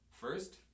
First